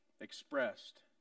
expressed